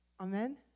Amen